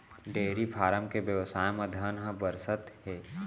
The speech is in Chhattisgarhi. डेयरी फारम के बेवसाय म धन ह बरसत हे